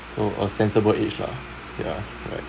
so a sensible age lah ya right